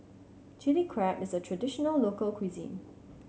Chilli Crab is a traditional local cuisine